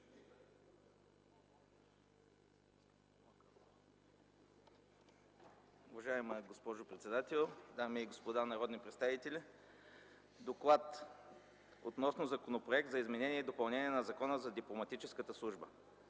Уважаема госпожо председател, дами и господа народни представители! „ДОКЛАД относно Законопроекта за изменение и допълнение на Закона за дипломатическата служба